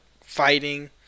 fighting